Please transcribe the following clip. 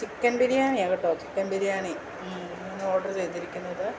chicken biryani ആ കേട്ടോ chicken biryani order ചെയ്തിരിക്കുന്നത്